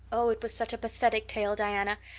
oh, it was such a pathetic tale, diana.